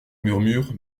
murmure